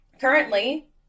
Currently